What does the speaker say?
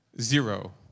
zero